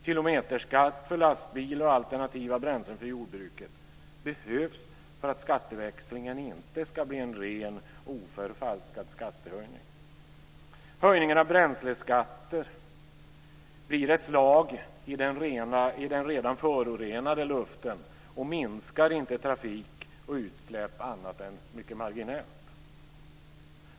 Kilometerskatt för lastbilar och alternativa bränslen för jordbruket behövs för att skatteväxlingen inte ska bli en ren, oförfalskad skattehöjning. Höjningen av bränsleskatter blir ett slag i den redan förorenade luften och minskar inte trafik och utsläpp annat än mycket marginellt.